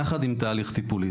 יחד עם תהליך טיפולי,